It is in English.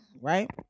Right